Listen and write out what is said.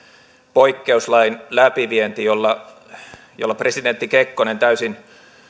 poikkeuslain läpivienti jolla jolla presidentti kekkonen täysin